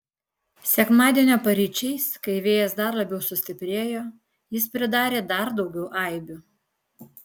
sekmadienio paryčiais kai vėjas dar labiau sustiprėjo jis pridarė dar daugiau aibių